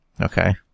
Okay